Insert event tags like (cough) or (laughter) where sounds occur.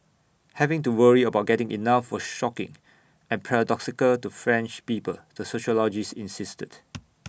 having to worry about getting enough was shocking and paradoxical to French people the sociologist insisted (noise)